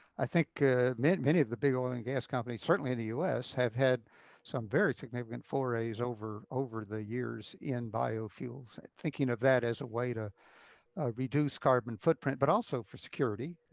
i think many many of the big oil and gas companies, certainly in the us, have had some very significant forays over over the years in biofuels. thinking of that as a way to reduce carbon footprint, but also for security.